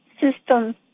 system